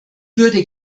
würde